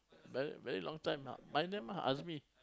ver~ very long time now my name ah Azmi